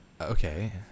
okay